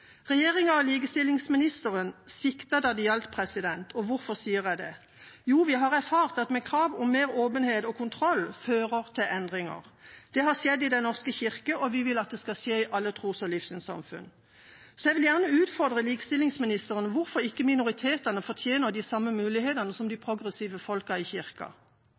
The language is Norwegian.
Regjeringa og likestillingsministeren sviktet da det gjaldt – og hvorfor sier jeg det? Jo, vi har erfart at krav om mer åpenhet og kontroll fører til endringer. Det har skjedd i Den norske kirke, og vi vil at det skal skje i alle tros- og livssynssamfunn. Jeg vil gjerne utfordre likestillingsministeren: Hvorfor fortjener ikke minoritetene de samme mulighetene som de progressive folkene i